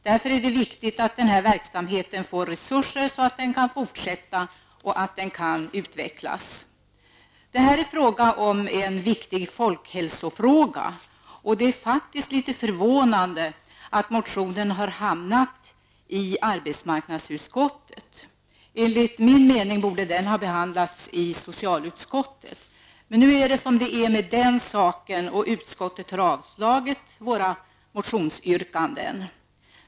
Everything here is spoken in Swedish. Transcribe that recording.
Det är därför viktigt att denna verksamhet får resurser så att den kan fortsätta och utvecklas. Det här är en viktig folkhälsofråga, och det är faktiskt litet förvånande att motionen har hamnat hos arbetsmarknadsutskottet. Enligt min mening borde den ha behandlats i socialutskottet. Nu är det som det är med den saken, och utskottet har avslagit våra motionsyrkanden.